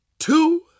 Two